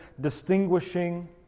distinguishing